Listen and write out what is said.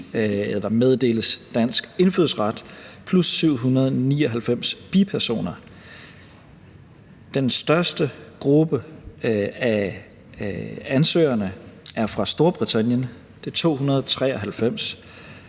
meddeles dansk indfødsret. Den største gruppe af ansøgerne er fra Storbritannien. Det er 293,